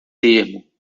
termo